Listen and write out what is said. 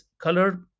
color